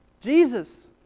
Jesus